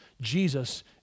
Jesus